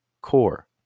core